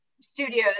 studios